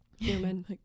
human